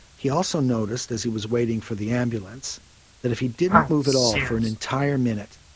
he also noticed as he was waiting for the ambulance that if he didn't move at all for an entire minute,